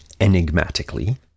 enigmatically